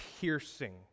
piercing